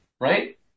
right